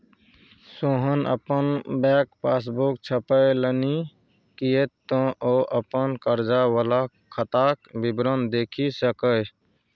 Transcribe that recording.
सोहन अपन bank passbook छपेलनि किएक तँ ओ अपन कर्जा वला खाताक विवरण देखि सकय